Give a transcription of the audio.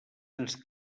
ens